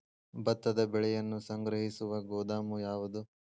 ಭತ್ತದ ಬೆಳೆಯನ್ನು ಸಂಗ್ರಹಿಸುವ ಗೋದಾಮು ಯಾವದು?